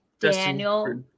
Daniel